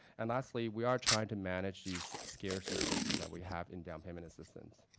and lastly, we are trying to manage these scarce resources that we have in down payment assistance.